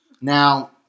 now